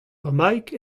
bremaik